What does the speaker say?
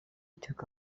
took